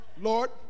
Lord